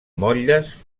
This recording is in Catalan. motlles